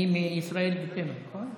היא מישראל ביתנו, נכון?